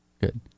Good